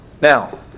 Now